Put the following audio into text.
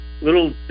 Little